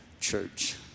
church